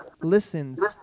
listens